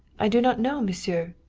i do not know, monsieur.